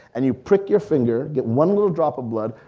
and you prick your finger. get one little drop of blood,